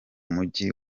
mujyi